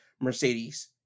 Mercedes